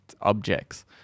objects